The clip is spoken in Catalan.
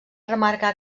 remarcar